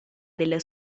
della